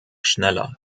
schneller